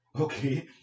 okay